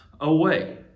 away